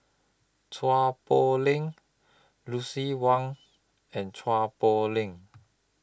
Chua Poh Leng Lucien Wang and Chua Poh Leng